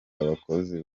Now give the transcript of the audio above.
abakozi